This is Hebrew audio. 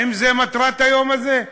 האם זו מטרת היום הזה?